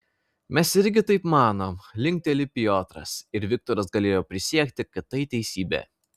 mes irgi taip manom linkteli piotras ir viktoras galėjo prisiekti kad tai teisybė